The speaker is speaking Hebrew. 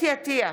אתי עטייה,